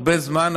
הרבה זמן,